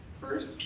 first